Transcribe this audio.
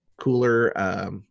cooler